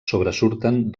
sobresurten